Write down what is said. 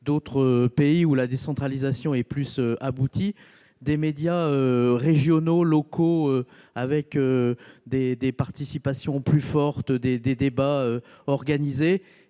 d'autres pays où la décentralisation est plus aboutie, des médias locaux avec des participations plus fortes et des débats mieux organisés.